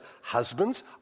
husbands